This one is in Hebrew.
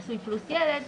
נשוי פלוס ילד.